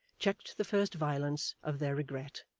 checked the first violence of their regret,